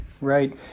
Right